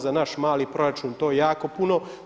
Za naš mali proračun to je jako puno.